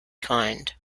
kind